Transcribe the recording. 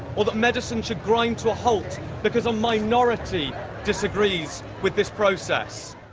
or that medicine should grind to a halt because a minority disagrees with this process?